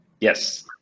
Yes